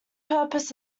purpose